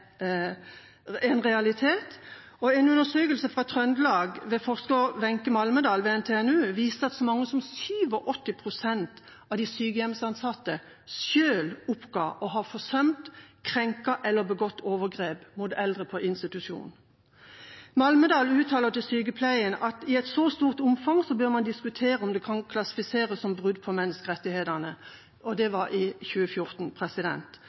en realitet. En undersøkelse fra Trøndelag ved forsker Wenche Malmedal ved NTNU viste at så mye som 87 pst. av de sykehjemsansatte selv oppga å ha forsømt, krenket eller begått overgrep mot eldre på institusjon. Malmedal uttaler til Sykepleien at i et så stort omfang bør man diskutere om det kan klassifiseres som brudd på menneskerettighetene, og det var i 2014.